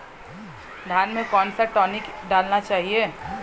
धान में कौन सा टॉनिक डालना चाहिए?